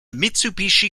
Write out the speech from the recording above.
mitsubishi